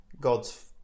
god's